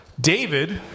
David